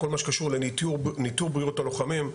כל מה שקשור לניטור בריאות הלוחמים,